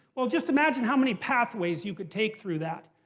well, just imagine how many pathways you could take through that.